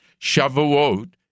Shavuot